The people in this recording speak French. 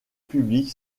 publique